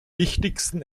wichtigsten